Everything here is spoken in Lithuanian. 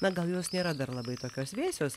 na gal jos nėra dar labai tokios vėsios